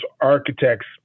architects